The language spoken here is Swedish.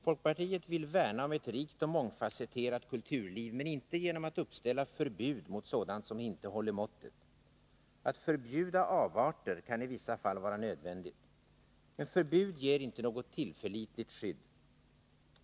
Folkpartiet vill värna om ett rikt och mångfasetterat kulturliv, men inte genom att uppställa förbud mot sådant som inte håller måttet. Att förbjuda avarter kan i vissa fall vara nödvändigt. Men förbud ger inte något tillförlitligt skydd.